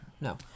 No